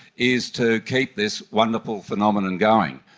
is to keep this wonderful phenomenon going.